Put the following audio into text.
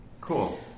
Cool